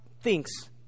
thinks